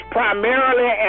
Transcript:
primarily